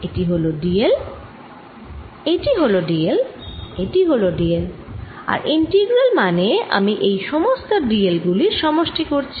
এটি হল d l এটি হল d l এটি হল d l আর ইন্টিগ্রাল মানে আমি এই সমস্ত d l গুলির সমষ্টি করছি